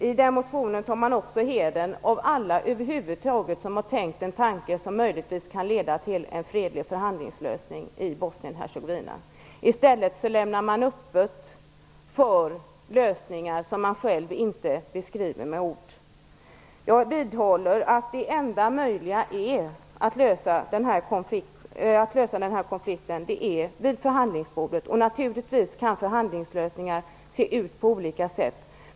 I motionen tar man också hedern av alla över huvud taget som har tänkt en tanke som möjligtvis kan leda till en fredlig förhandlingslösning i Bosnien Hercegovina. I stället lämnar man öppet för lösningar som man själv inte beskriver med ord. Jag vidhåller att denna konflikt endast kan lösas vid förhandlingsbordet. Naturligtvis kan förhandlingslösningar ser ut på olika sätt.